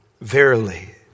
Verily